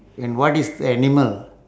and what is animal